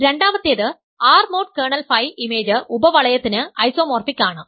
രണ്ടാമത്തേത് R mod kernel phi image ഉപവളയത്തിന് isomorphic ആണ്